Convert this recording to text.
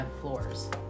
floors